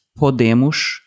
podemos